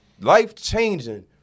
life-changing